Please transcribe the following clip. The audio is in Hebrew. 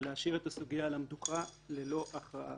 ולהשאיר את הסוגיה על המדוכה ללא הכרעה.